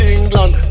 England